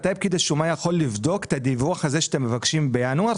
מתי פקיד השומה יכול לבדוק את הדיווח הזה שאתם מבקשים בינואר,